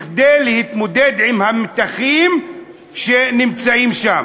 כדי להתמודד עם המתחים שיש שם.